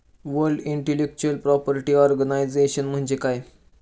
World intellectual property organisation म्हणजे काय?